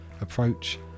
approach